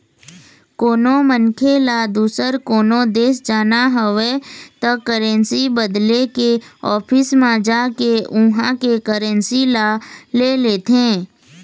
कोनो मनखे ल दुसर कोनो देश जाना हवय त करेंसी बदले के ऑफिस म जाके उहाँ के करेंसी ल ले लेथे